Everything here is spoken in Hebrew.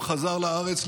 חזר לארץ,